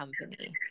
company